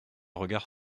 regard